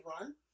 run